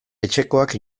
etxekoak